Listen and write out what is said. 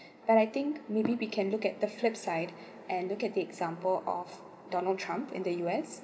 but I think maybe we can look at the flip side and look at the example of donald trump in the U_S